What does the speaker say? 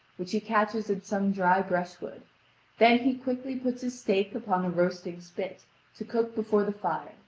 which he catches in some dry brush-wood then he quickly puts his steak upon a roasting spit to cook before the fire,